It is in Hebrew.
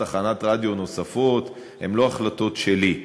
תחנות רדיו נוספות הן לא החלטות שלי.